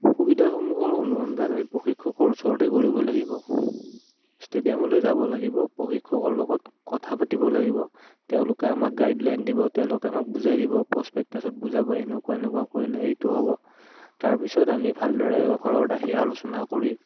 সুবিধাসমূহৰ অনুসন্ধান আমি প্ৰশিক্ষকৰ ওচৰতেই কৰিব লাগিব ষ্টেডিয়ামলৈ যাব লাগিব প্ৰশিক্ষকৰ লগত কথা পাতিব লাগিব তেওঁলোকে আমাক গাইডলাইন দিব তেওঁলোকে আমাক বুজাই দিব প্ৰছপেক্টাছত বুজাব এনেকুৱা এনেকুৱা কৰিলে এইটো হ'ব তাৰপিছত আমি ভালদৰে ঘৰত আহি আলোচনা কৰি